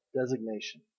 designation